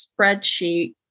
spreadsheet